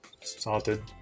Salted